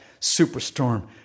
superstorm